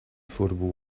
affordable